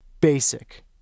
basic